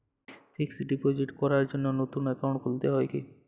Fix deposit করার জন্য নতুন অ্যাকাউন্ট খুলতে হয় কী?